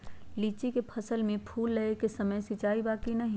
लीची के फसल में फूल लगे के समय सिंचाई बा कि नही?